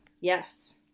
yes